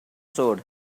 sword